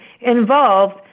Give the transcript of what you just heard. involved